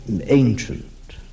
ancient